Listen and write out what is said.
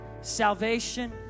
Salvation